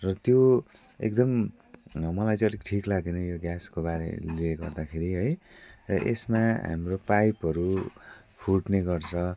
र त्यो एकदम मलाई चाहिँ अलिक ठिक लागेन यो ग्यासको बारेले गर्दाखेरि है र यसमा हाम्रो पाइपहरू फुट्ने गर्छ